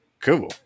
Cool